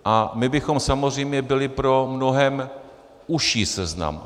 A my bychom samozřejmě byli pro mnohem užší seznam.